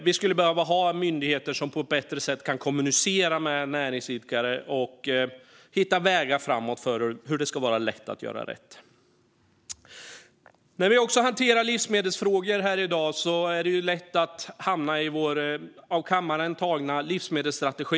Vi skulle behöva ha myndigheter som på ett bättre sätt kan kommunicera med näringsidkare och hitta vägar framåt för att det ska vara lätt att göra rätt. När vi ändå hanterar livsmedelsfrågor här i dag är det lätt att hamna i vår av kammaren antagna livsmedelsstrategi.